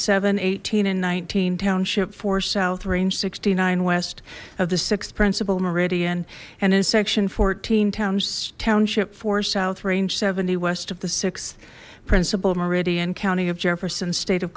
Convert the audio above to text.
seven eighteen and nineteen township four south range sixty nine west of the sixth principle meridian and in section fourteen towns township for south range seventy west of the sixth principle meridian county of jefferson state of